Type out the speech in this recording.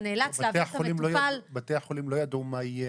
נאלץ בתי החולים לא ידעו מה יהיה,